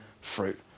fruit